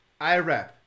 IRAP